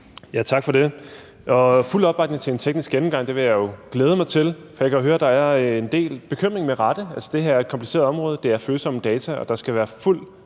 Tak for det. Fuld opbakning til en teknisk gennemgang. Det vil jeg glæde mig til, for jeg kan høre, at der med rette er en del bekymring, for det her er et kompliceret område, og der er følsomme data, og der skal være fuld